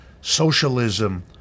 socialism